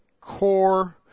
core